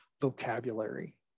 vocabulary